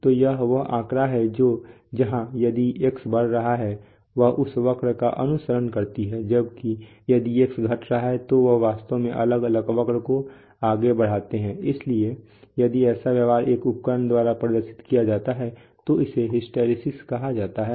तो यह वह आंकड़ा है जहां यदि X बढ़ रहा है वह इस वक्र का अनुसरण करती है जबकि यदि X घट रहा है तो हम वास्तव में अलग अलग वक्र को आगे बढ़ाते हैं इसलिए यदि ऐसा व्यवहार एक उपकरण द्वारा प्रदर्शित किया जाता है तो इसे हिस्टैरिसीस कहा जाता है